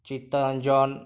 Chittaranjan